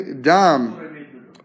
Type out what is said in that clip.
Dam